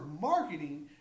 marketing